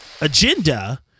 agenda